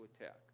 attack